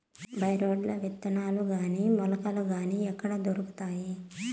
By రోడ్లు విత్తనాలు గాని మొలకలు గాని ఎక్కడ దొరుకుతాయి?